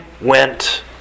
went